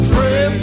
Pray